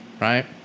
Right